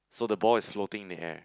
so the ball is floating in the air